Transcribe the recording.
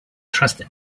trust